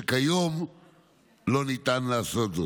דבר שכיום לא ניתן לעשות.